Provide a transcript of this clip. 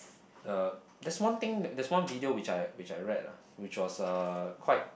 uh that's one thing that's one video which I which I read lah which was uh quite